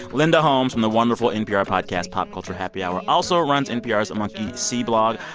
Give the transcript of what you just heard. linda holmes from the wonderful npr podcast pop culture happy hour, also runs npr's monkey see blog.